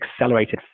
accelerated